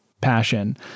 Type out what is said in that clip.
passion